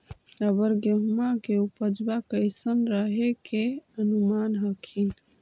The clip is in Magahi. अबर गेहुमा के उपजबा कैसन रहे के अनुमान हखिन?